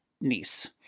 niece